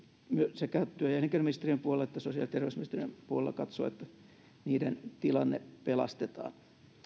sekä työ ja elinkeinoministeriön puolella että sosiaali ja terveysministeriön puolella katsoa että niiden tilanne pelastetaan